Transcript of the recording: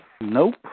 Nope